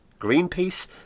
Greenpeace